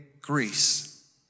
Greece